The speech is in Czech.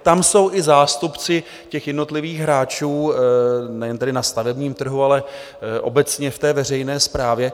Tam jsou i zástupci jednotlivých hráčů nejen na stavebním trhu, ale obecně ve veřejné správě.